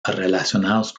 relacionados